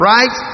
Right